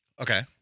Okay